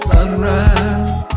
Sunrise